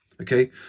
okay